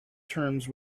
terms